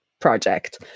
project